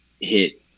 hit